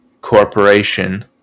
corporation